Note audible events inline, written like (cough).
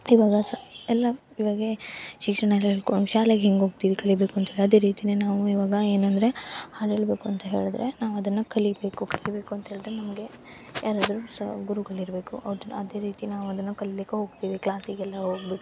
ಇವಾಗ ಸ ಎಲ್ಲ ಇವಾಗ ಶಿಕ್ಷಣ ಎಲ್ಲ ಹೇಳ್ಕೊಡುವಂಗೆ ಶಾಲೆಗೆ ಹೆಂಗೆ ಹೋಗ್ತೀವಿ ಕಲಿಯಬೇಕು ಅಂತ್ಹೇಳಿ ಅದೇ ರೀತಿಯೇ ನಾವು ಇವಾಗ ಏನಂದರೆ ಹಾಡು ಹೇಳಬೇಕು ಅಂತ ಹೇಳಿದ್ರೆ ನಾವು ಅದನ್ನು ಕಲಿಯಬೇಕು ಕಲಿಯಬೇಕು ಅಂತ ಹೇಳಿದ್ರೆ ನಮಗೆ ಯಾರಾದರೂ ಸ ಗುರುಗಳು ಇರಬೇಕು (unintelligible) ಅದೇ ರೀತಿ ನಾವು ಅದನ್ನು ಕಲಿಲಿಕ್ಕೆ ಹೋಗ್ತೀವಿ ಕ್ಲಾಸಿಗೆಲ್ಲ ಹೋಗ್ಬಿಟ್